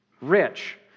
rich